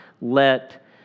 let